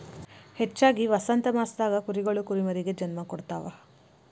ಹೆಚ್ಚಾಗಿ ವಸಂತಮಾಸದಾಗ ಕುರಿಗಳು ಕುರಿಮರಿಗೆ ಜನ್ಮ ಕೊಡ್ತಾವ